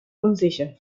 unsicher